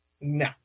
no